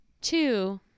two